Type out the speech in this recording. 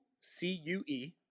C-U-E